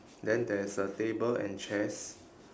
then there is a table and chairs